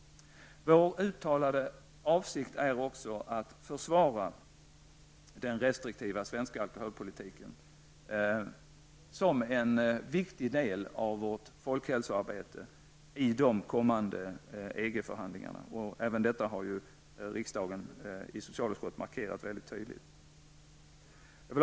Vår uttalade avsikt är också att i de kommande EG förhandlingarna försvara den restriktiva svenska alkoholpolitiken som en viktig del av vårt folkhälsoarbete. Även detta har riksdagen markerat väldigt tydligt i socialutskottets betänkande.